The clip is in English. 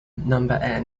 number